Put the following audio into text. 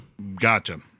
gotcha